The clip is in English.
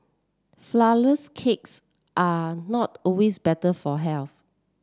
flourless cakes are not always better for health